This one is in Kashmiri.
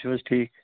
تُہۍ چھِ حظ ٹھیٖک